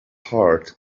heart